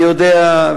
אני יודע,